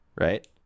right